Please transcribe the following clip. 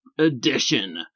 Edition